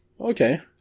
okay